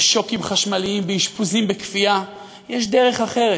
בשוקים חשמליים, באשפוזים בכפייה, יש דרך אחרת,